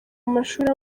amashuri